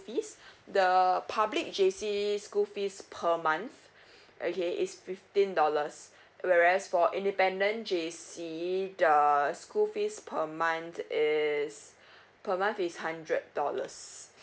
fees the public J_C school fees per month okay is fifteen dollars whereas for independent J_C the school fees per month is per month is hundred dollars